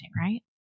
right